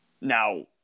Now